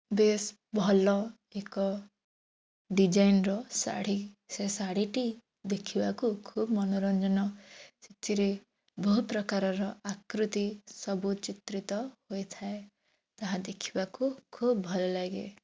ବେଶ୍ ଭଲ ଏକ ଡିଜାଇନ୍ର ଶାଢ଼ୀ ସେ ଶାଢ଼ୀଟି ଦେଖିବାକୁ ଖୁବ୍ ମନୋରଞ୍ଜନ ସେଥିରେ ବହୁପ୍ରକାରର ଆକୃତି ସବୁ ଚିତ୍ରିତ ହୋଇଥାଏ ତାହା ଦେଖିବାକୁ ଖୁବ୍ ଭଲ ଲାଗେ